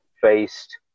faced